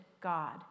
God